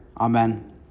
Amen